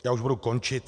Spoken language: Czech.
Já už budu končit.